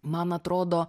man atrodo